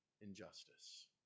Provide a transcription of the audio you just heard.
injustice